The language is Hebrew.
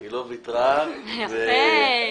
יפה.